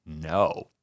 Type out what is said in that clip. no